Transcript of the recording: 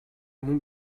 мөн